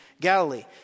Galilee